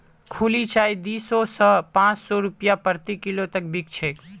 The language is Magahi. खुली चाय दी सौ स पाँच सौ रूपया प्रति किलो तक बिक छेक